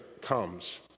comes